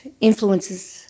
influences